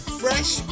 fresh